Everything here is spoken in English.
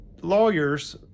lawyers